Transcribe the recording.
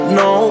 no